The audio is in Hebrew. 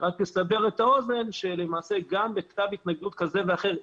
רק לסבר את האוזן שלמעשה גם בכתב התנגדות כזה ואחר,